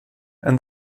and